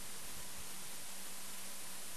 והקושי